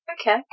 Okay